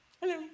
Hello